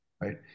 right